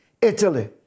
Italy